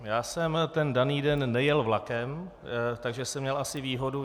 Já jsem daný den nejel vlakem, takže jsem měl asi výhodu.